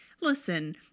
Listen